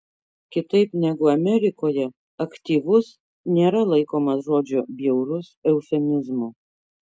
kitaip negu amerikoje aktyvus nėra laikomas žodžio bjaurus eufemizmu